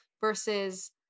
versus